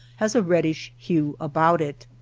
has a reddish hue about it.